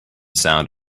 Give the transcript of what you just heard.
sound